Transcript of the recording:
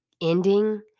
ending